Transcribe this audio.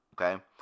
okay